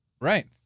Right